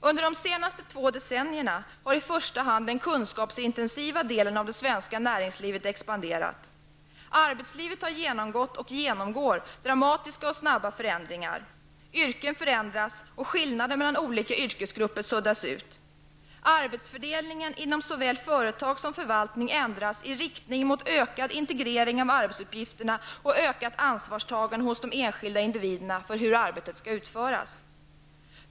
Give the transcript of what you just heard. Under de senaste två decennierna har i första hand den kunskapsintensiva delen av det svenska näringslivet expanderat. Arbetslivet har genomgått och genomgår dramatiska och snabba förändringar. Yrken förändras, och skillnader mellan olika yrkesgrupper suddas ut. Arbetsfördelningen inom såväl företag som förvaltning ändras i riktning mot ökad integrering av arbetsuppgifterna och ökat ansvarstagande hos de enskilda individerna för hur arbetet skall utföras.